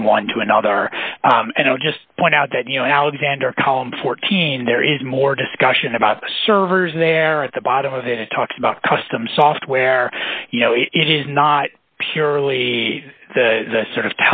from one to another and i'll just point out that you know alexander column fourteen there is more discussion about servers there at the bottom of it it talks about custom software you know if it is not purely the sort of